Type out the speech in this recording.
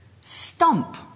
stump